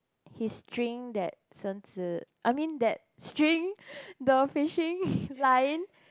his string that shen zi I mean that string the fishing line